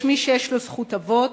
יש מי שיש לו זכות אבות,